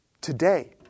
Today